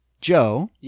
Joe